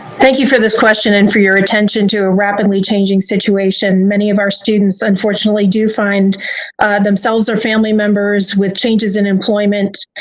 thank you for this question and for your attention to a rapidly changing situation. many of our students unfortunately do find themselves or family members with changes in employment,